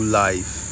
life